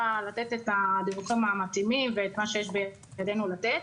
לתת את הדיווחים המתאימים ואת מה שיש בידינו לתת.